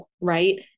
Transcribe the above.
right